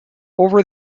over